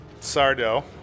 Sardo